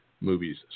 movies